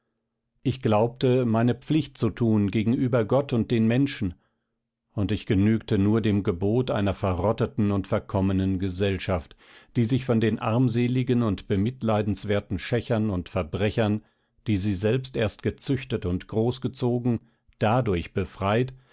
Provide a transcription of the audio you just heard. ich glaubte meine pflicht zu tun gegenüber gott und den menschen und ich genügte nur dem gebot einer verrotteten und verkommenen gesellschaft die sich von den armseligen und bemitleidenswerten schächern und verbrechern die sie selbst erst gezüchtet und großgezogen dadurch befreit